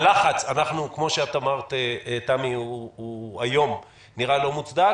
הלחץ נראה היום לא מוצדק.